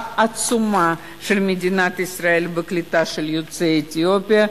עצומה של מדינת ישראל בקליטה של יוצאי אתיופיה,